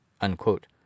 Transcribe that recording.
unquote